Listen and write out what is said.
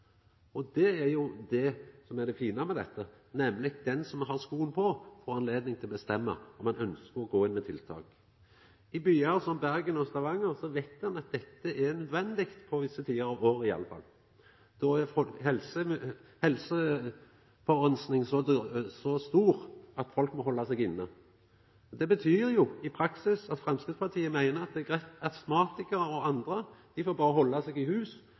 Det som er det fine med dette, er at den som har skoen på, får anledning til å bestemma om ein ønskjer å gå inn med tiltak. I byar som Bergen og Stavanger veit ein at dette er nødvendig på visse tider av året i alle fall. Då er forureininga så stor at folk må halda seg inne. Det betyr i praksis at Framstegspartiet meiner at astmatikarar og andre berre får halda seg i hus